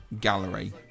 gallery